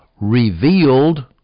revealed